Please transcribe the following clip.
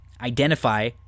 Identify